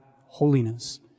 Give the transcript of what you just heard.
holiness